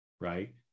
right